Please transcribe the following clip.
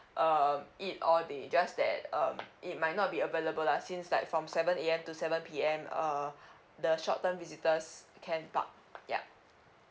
uh it or they just that um it might not be available lah since like from seven A_M to seven P_M uh the short term visitors can park ya